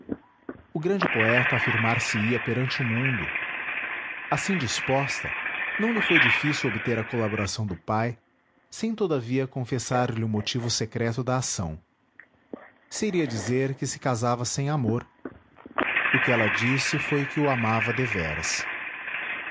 o grande poeta afirmar se ia perante o mundo assim disposta não lhe foi difícil obter a colaboração do pai sem todavia confessar-lhe o motivo secreto da ação seria dizer que se casava sem amor o que ela disse foi que o amava deveras